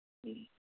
ꯎꯝ